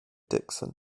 dickson